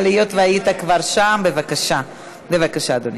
אבל היות שהיית כבר שם, בבקשה, אדוני.